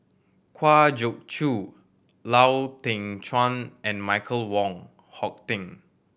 Kwa Geok Choo Lau Teng Chuan and Michael Wong Hong Teng